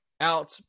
out